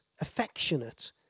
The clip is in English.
affectionate